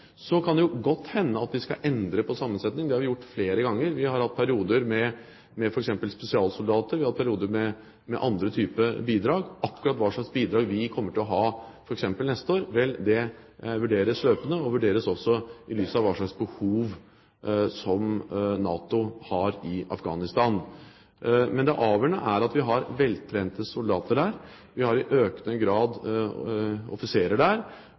Så kan det godt hende at vi skal endre på sammensetningen. Det har vi gjort flere ganger. Vi har hatt perioder med f.eks. spesialsoldater, vi har hatt perioder med andre typer bidrag. Akkurat hva slags bidrag vi kommer til å ha f.eks. neste år, vurderes løpende. Det vurderes også i lys av hva slags behov NATO har i Afghanistan. Men det avgjørende er at vi har veltrente soldater der. Vi har i økende grad offiserer der,